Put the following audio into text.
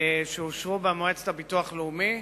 שאושרו במועצת הביטוח הלאומי,